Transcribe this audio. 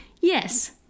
Yes